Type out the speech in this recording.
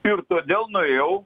ir todėl nuėjau